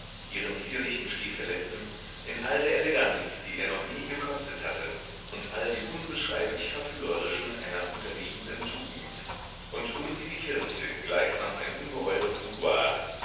ihren zierlichen stiefeletten in all der eleganz die er noch nie gekostet hatte und all dem unbeschreiblich verführerischen einer unterliegenden tugend und um sie die kirche gleichsam ein ungeheures